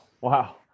Wow